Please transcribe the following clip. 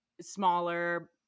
smaller